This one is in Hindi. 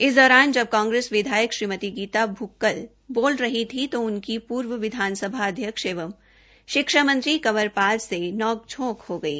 इस दौरान जब कांग्रेस विधायक श्रीमती गीता भुक्कल बोल रही थी तो उनकी पूर्व विधानसभा अध्यक्ष एंव शिक्षा मंत्री कंवर से नौक झोंक हो गई